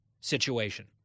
situation